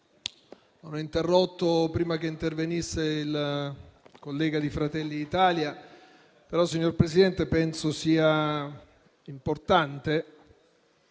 Non ho interrotto prima che intervenisse il collega di Fratelli d'Italia. Tuttavia, signor Presidente, penso che sia importante,